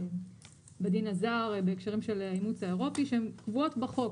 בדין הזר בהקשרים של האימוץ האירופי שהן קבועות בחוק.